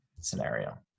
scenario